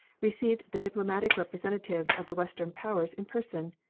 received the diplomatic representatives of the western powers in person.